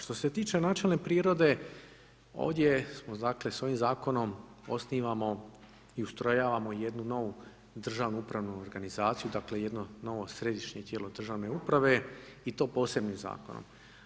Što se tiče načelne prirode, ovdje smo dakle, s ovim zakonom osnivamo i ustrojavamo jednu novu državnu upravnu organizaciju, dakle, jedno novo središnje tijelo državne uprave i to posebnim zakonom.